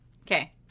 Okay